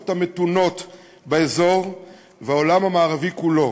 המתונות באזור ועם העולם המערבי כולו.